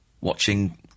watching